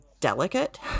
delicate